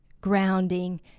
grounding